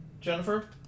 Jennifer